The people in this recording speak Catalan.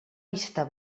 vista